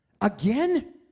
Again